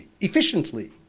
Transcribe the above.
efficiently